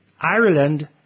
Ireland